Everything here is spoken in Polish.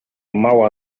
mała